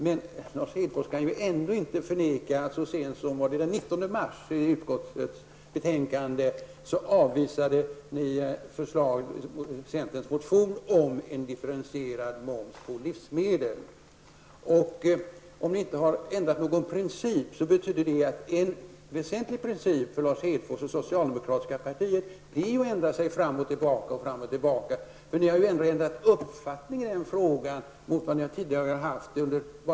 Men Lars Hedfors kan ändå inte förneka att ni så sent som den 19 mars i ett utskottsbetänkande avvisade centerns motionsförslag om en differentierad moms på livsmedel. Om ni inte har ändrat någon princip, är det ändå en väsentlig princip för Lars Hedfors och det socialdemokratiska partiet att ändra sig fram och tillbaka. Ni har ändå ändrat uppfattning i denna fråga i förhållande till för bara ett år sedan.